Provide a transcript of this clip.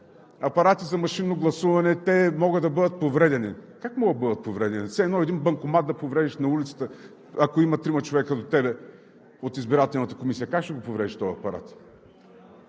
апарати за машинно гласуване, те могат да бъдат повредени. Как могат да бъдат повредени? Все едно един банкомат да повредиш на улицата. Ако има трима човека до теб от Избирателната комисия, как ще го повредиш този апарат?